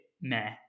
meh